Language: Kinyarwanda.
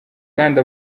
kandi